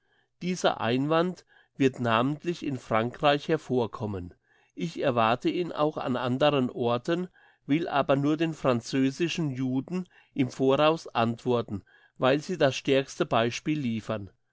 dieser einwand wird namentlich in frankreich hervorkommen ich erwarte ihn auch an anderen orten will aber nur den französischen juden im voraus antworten weil sie das stärkste beispiel liefern